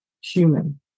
human